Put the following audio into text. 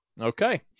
Okay